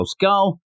go